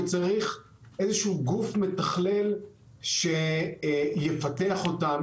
וצריך איזשהו גוף מתכלל שיפתח אותם,